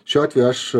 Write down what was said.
šiuo atveju aš